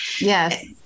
Yes